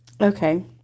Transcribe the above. Okay